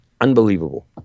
unbelievable